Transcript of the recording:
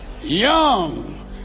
young